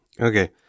Okay